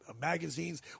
magazines